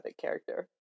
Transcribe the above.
character